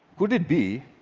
could it be